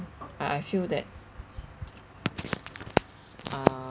ah I feel that uh